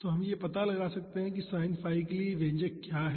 तो हम यह पता लगा सकते हैं कि sin 𝜙 के लिए व्यंजक क्या है